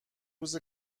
روز